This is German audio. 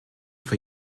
für